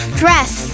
dress